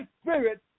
Spirit